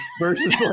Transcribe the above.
versus